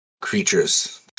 creatures